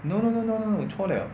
no no no no no 错了